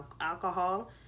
alcohol